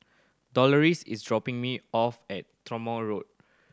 Doloris is dropping me off at Tronoh Road